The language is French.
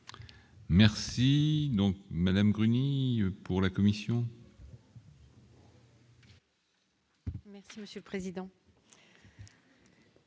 Merci donc Madame Gruny pour la Commission. Merci monsieur le président.